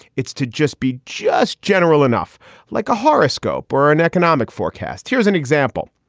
it's to just be just general enough like a horoscope or an economic forecast. here's an example.